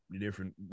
different